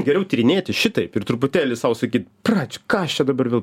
geriau tyrinėti šitaip ir truputėlį sau sakyti brač ką aš čia dabar vėl